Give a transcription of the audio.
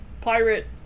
pirate